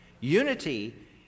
Unity